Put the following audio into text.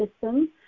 system